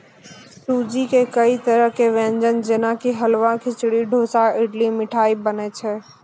सूजी सॅ कई तरह के व्यंजन जेना कि हलवा, खिचड़ी, डोसा, इडली, मिठाई बनै छै